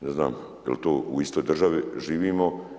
Ne znam jel to u istoj državi živimo?